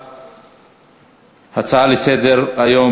10, אין מתנגדים ואין נמנעים.